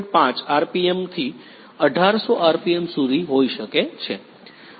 5 આરપીએમથી 1800 આરપીએમ સુધી હોઇ શકે છે